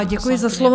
Děkuji za slovo.